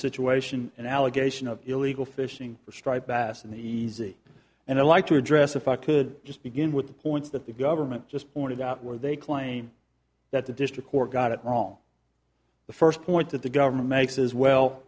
situation and allegation of illegal fishing for striped bass and easy and i'd like to address if i could just begin with the points that the government just pointed out where they claim that the district court got it wrong the first point that the government makes is well